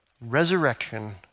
resurrection